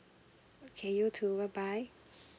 okay you too bye bye